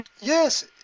yes